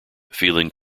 feeling